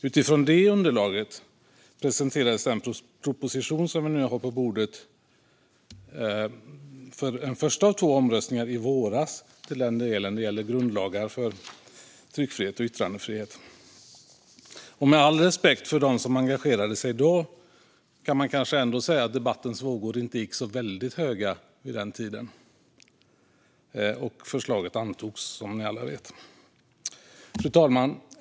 Utifrån det underlaget presenterades den proposition som vi nu har på bordet för en första av två omröstningar i våras, till den del det gäller grundlagar för tryckfrihet och yttrandefrihet. Med all respekt för dem som engagerade sig då kan man kanske ändå säga att debattens vågor inte gick så väldigt höga vid den tiden. Förslaget antogs också, som ni alla vet. Fru talman!